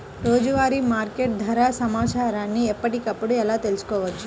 రోజువారీ మార్కెట్ ధర సమాచారాన్ని ఎప్పటికప్పుడు ఎలా తెలుసుకోవచ్చు?